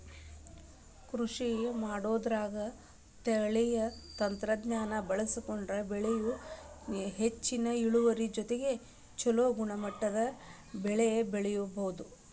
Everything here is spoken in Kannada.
ಕೃಷಿಮಾಡೋದ್ರಾಗ ತಳೇಯ ತಂತ್ರಜ್ಞಾನ ಬಳಸ್ಕೊಂಡ್ರ ಬೆಳಿಯೊಳಗ ಹೆಚ್ಚಿನ ಇಳುವರಿ ಜೊತೆಗೆ ಚೊಲೋ ಗುಣಮಟ್ಟದ ಬೆಳಿ ಬೆಳಿಬೊದು